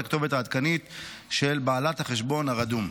הכתובת העדכנית של בעלת החשבון הרדום.